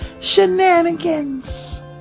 shenanigans